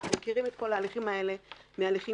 אנחנו מכירים את כל ההליכים האלה מהליכים